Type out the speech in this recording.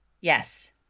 Yes